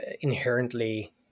inherently